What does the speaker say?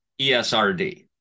ESRD